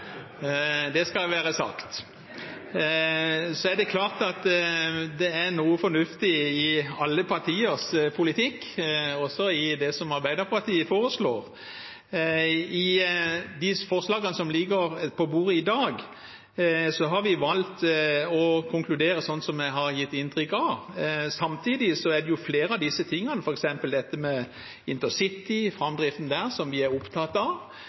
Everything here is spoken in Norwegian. være sagt. Det klart at det er noe fornuftig i alle partiers politikk, også i det som Arbeiderpartiet foreslår. I de forslagene som ligger på bordet i dag, har vi valgt å konkludere slik som jeg ga uttrykk for. Samtidig er det jo flere av disse tingene, f.eks. dette med framdriften på intercity, som vi er opptatt av,